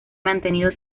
mantenido